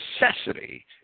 necessity